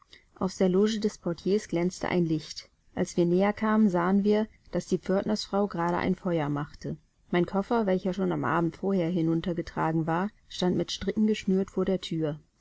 aus der loge des portiers glänzte ein licht als wir näher kamen sahen wir daß die pförtnersfrau gerade ein feuer machte mein koffer welcher schon am abend vorher hinuntergetragen war stand mit stricken geschnürt vor der thür